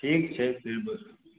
ठीक छै